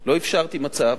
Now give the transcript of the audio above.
לא אפשרתי מצב